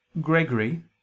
Gregory